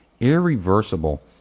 irreversible